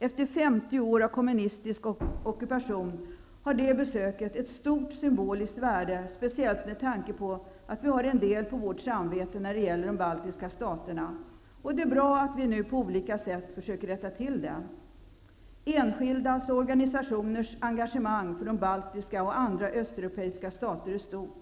Efter femtio år av kommunistisk ockupation har det besöket ett stort symboliskt värde, speciellt med tanke på att vi har en del på vårt samvete när det gäller de baltiska staterna. Det är bra att vi nu på olika sätt försöker rätta till det. Enskildas och organisationers engagemang för de baltiska och andra östeuropeiska stater är stort.